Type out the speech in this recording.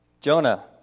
Jonah